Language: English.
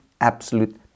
absolute